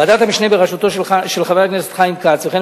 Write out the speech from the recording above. ועדת המשנה בראשותו של חבר הכנסת חיים כץ וכן